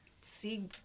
see